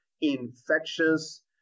infectious